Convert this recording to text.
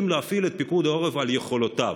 להפעיל את פיקוד העורף על יכולותיו.